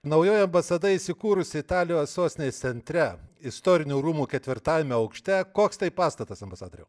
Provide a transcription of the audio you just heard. naujoji ambasada įsikūrusi italijos sostinės centre istorinių rūmų ketvirtajame aukšte koks tai pastatas ambasadoriau